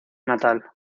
natal